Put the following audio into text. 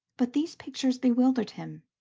but these pictures bewildered him,